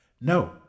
No